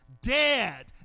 dead